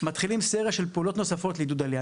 אנחנו מתחילים סריה של פעולות נוספות לעידוד עלייה.